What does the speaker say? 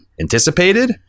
anticipated